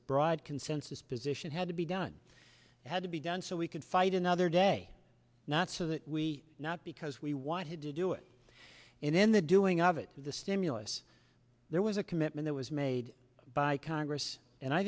broad consensus position had to be done had to be done so we could fight another day not so that we not because we wanted to do it in the doing of it the stimulus there was a commitment that was made by congress and i